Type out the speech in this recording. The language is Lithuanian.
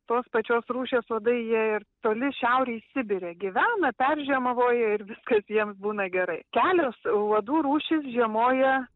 tos pačios rūšies uodai jie ir toli šiaurėj sibire gyvena peržiemavoja ir viskas jiems būna gerai kelios uodų rūšys žiemoja